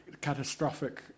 catastrophic